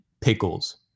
pickles